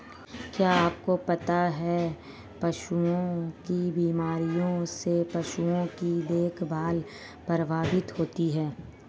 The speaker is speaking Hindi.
क्या आपको पता है पशुओं की बीमारियों से पशुओं की देखभाल प्रभावित होती है?